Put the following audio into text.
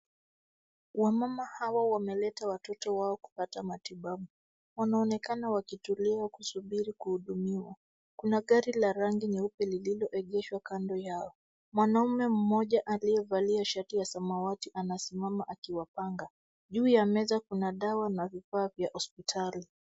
Wamama hawa wameleta watoto wao kupata matibabu wanaonekana wakitulia kusubiri kuhudumiwa, kuna gari la rangi nyeupe lililoegeshwa kando ya mwanamume mmoja aliyevalia shati ya samawati anasimama akiwapanga juu ya meza kuna dawa na vifaa vya hospitali.